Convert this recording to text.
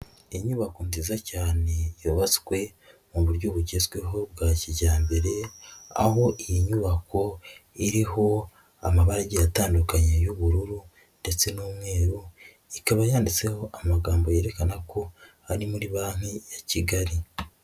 Iyi nyubako nziza cyane yubatswe mu buryo bugezweho bwa kijyambere, aho iyi nyubako iriho amabarage atandukanye y'ubururu ndetse n'umweru, ikaba yanditseho amagambo yerekana ko ari muri banki ya kigali.